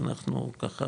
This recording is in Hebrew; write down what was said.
שאנחנו ככה,